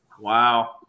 Wow